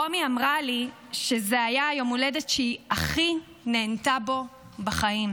רומי אמרה לי שזה היה היום הולדת שהיא הכי נהנתה בו בחיים.